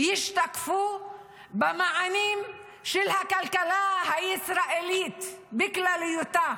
ישתקפו במענים של הכלכלה הישראלית בכלליותה.